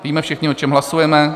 Víme všichni, o čem hlasujeme?